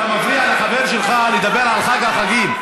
אתה מפריע לחבר שלך לדבר על חג החגים.